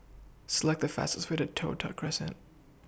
Select The fastest Way to Toh Tuck Crescent